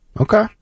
okay